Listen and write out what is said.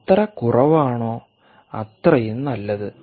എത്ര കുറവാണോ അത്രയും നല്ലത്